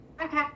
Okay